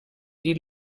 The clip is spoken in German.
die